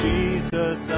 Jesus